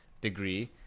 degree